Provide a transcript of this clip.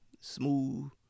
smooth